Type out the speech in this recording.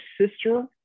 sister